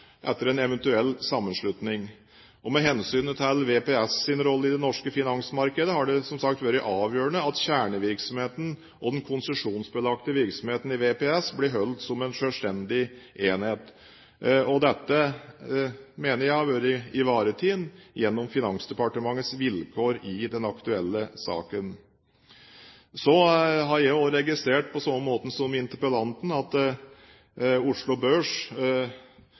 etter en eventuell sammenslutning. Med hensyn til VPS’ rolle i det norske finansmarkedet har det som sagt vært avgjørende at kjernevirksomheten og den konsesjonsbelagte virksomheten i VPS blir holdt som en selvstendig enhet. Dette mener jeg har vært ivaretatt gjennom Finansdepartementets vilkår i den aktuelle saken. Så har jeg registrert, på samme måte som interpellanten, at Oslo Børs